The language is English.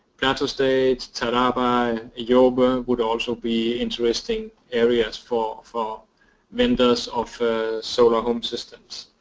plateau state, taraba, yobe ah would also be interesting areas for for vendors of solar home systems.